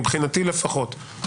מבחינתי לפחות,